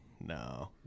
no